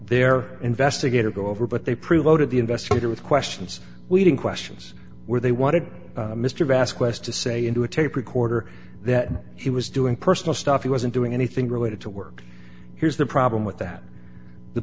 their investigator go over but they prove zero to the investigator with questions leading questions where they wanted mr vast quest to say into a tape recorder that he was doing personal stuff he wasn't doing anything related to work here's the problem with that the